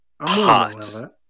Hot